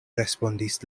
respondis